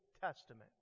Testament